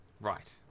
Right